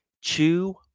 chew